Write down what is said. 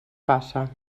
passa